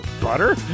Butter